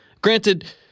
Granted